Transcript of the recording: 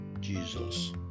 Jesus